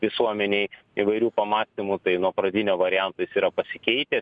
visuomenei įvairių pamąstymų tai nuo pradinio varianto jis yra pasikeitęs